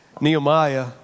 Nehemiah